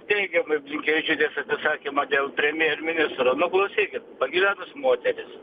teigiamai blinkevičiūtės atsisakymą dėl premjerministro nu klausykit pagyvenus moteris